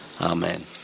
Amen